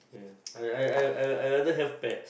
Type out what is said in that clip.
ya I I I I I rather have pets